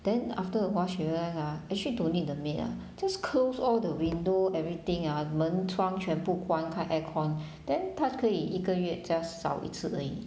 then after a while she realised ah actually don't need the maid ah just close all the window everything ah 门窗全部关开 air-con then 她可以一个月 just 扫一次而已